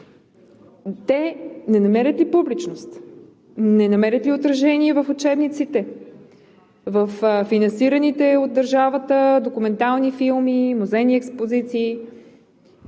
те не намерят ли публичност, не намерят ли отражение в учебниците, във финансираните от държавата документални филми, музейни експозиции,